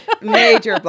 major